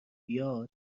بیاد